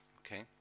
Okay